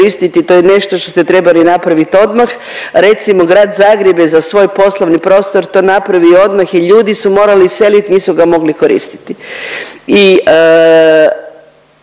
To je nešto što ste trebali napraviti odmah. Recimo Grad Zagreb je za svoj poslovni prostor to napravio odmah i ljudi su morali iseliti nisu ga mogli koristiti.